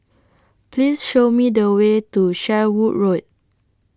Please Show Me The Way to Sherwood Road